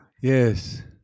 Yes